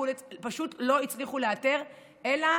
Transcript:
פשוט לא הצליחו לאתר אלא